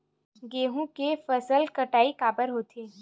गेहूं के फसल कटाई काबर होथे?